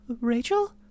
Rachel